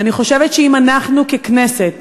אני חושבת שאם אנחנו ככנסת,